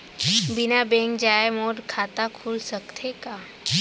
बिना बैंक जाए मोर खाता खुल सकथे का?